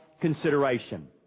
consideration